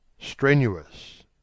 strenuous